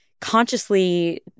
consciously